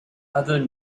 other